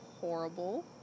horrible